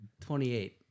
28